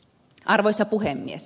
arvoisa puhemies